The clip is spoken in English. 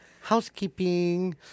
Housekeeping